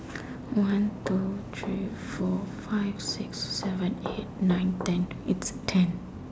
one two three four five six seven eight nine ten it's ten